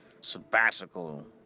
sabbatical